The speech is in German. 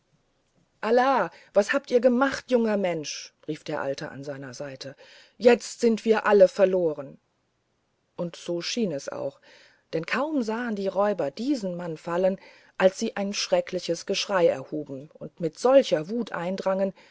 allah was habt ihr gemacht junger mensch rief der alte an seiner seite jetzt sind wir alle verloren und so schien es auch denn kaum sahen die räuber diesen mann fallen als sie ein schreckliches geschrei erhuben und mit solcher wut eindrangen